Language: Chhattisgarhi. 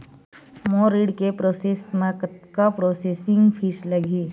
मोर ऋण के प्रोसेस म कतका प्रोसेसिंग फीस लगही?